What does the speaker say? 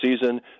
season